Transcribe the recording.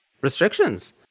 restrictions